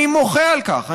אני מוחה על כך.